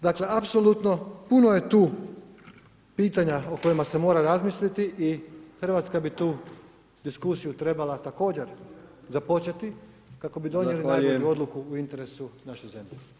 Dakle, apsolutno puno je tu pitanja o kojima se mora razmisliti i Hrvatska bi tu diskusiju trebala također započeti kako bi donijeli [[Upadica: Zahvaljujem.]] najbolju odluku u interesu naše zemlje.